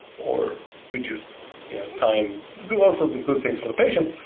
or we just time, do all sorts of good things for the patient,